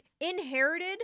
inherited